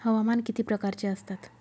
हवामान किती प्रकारचे असतात?